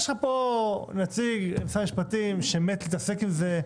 יש לך פה נציג של משרד המשפטים שמת להתעסק עם זה,